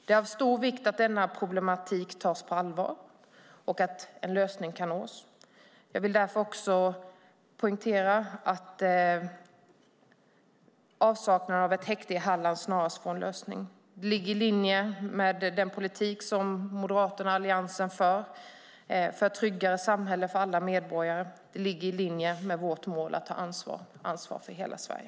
Det är av stor vikt att dessa problem tas på allvar och att en lösning kan nås. Jag vill därför poängtera att avsaknaden av ett häkte i Halland snarast måste få en lösning. Det ligger i linje med den politik som Moderaterna och Alliansen bedriver för att trygga ett samhälle för alla medborgare. Det ligger i linje med vårt mål att ta ansvar för hela Sverige.